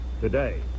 today